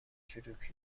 چروکیدهمان